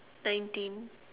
nineteen